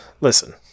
Listen